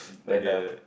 okay